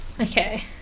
Okay